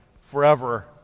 forever